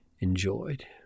enjoyed